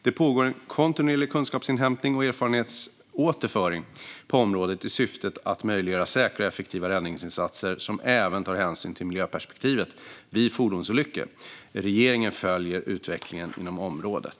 Det pågår en kontinuerlig kunskapsinhämtning och erfarenhetsåterföring på området i syfte att möjliggöra säkra och effektiva räddningsinsatser som även tar hänsyn till miljöperspektivet vid fordonsolyckor. Regeringen följer noga utvecklingen inom området.